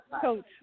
Coach